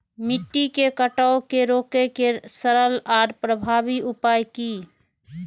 मिट्टी के कटाव के रोके के सरल आर प्रभावी उपाय की?